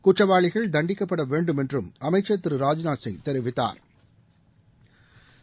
குற்றவாளிகள் தண்டிக்கப்படவேண்டும் என்றும் அமைச்சர் திரு ராஜ்நாத் சிங் தெரிவித்தாா்